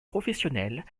professionnelles